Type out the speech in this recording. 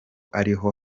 ariho